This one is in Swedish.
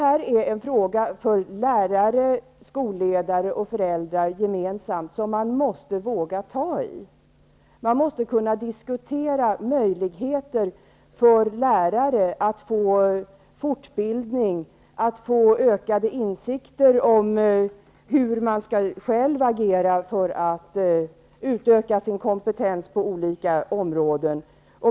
Detta är en fråga för lärare, skolledare och föräldrar gemensamt, som man måste våga ta i. Man måste kunna diskutera möjligheter för lärare att få fortbildning, att få ökade insikter om hur de själva skall agera för att utöka sin kompetens på olika områden.